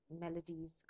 melodies